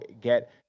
get